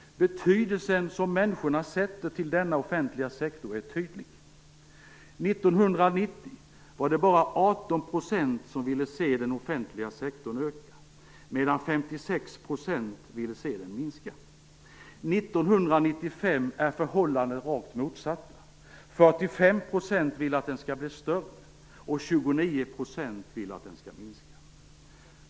Betydelsen som människorna tillskriver denna offentliga sektor är tydlig. År 1990 var det bara 18 % som ville se den offentliga sektorn öka, medan 56 % ville se den minska. År 1995 är förhållandet det rakt motsatta: 45 % vill att den skall bli större och 29 % vill att den skall minska.